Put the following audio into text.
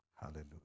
hallelujah